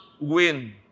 win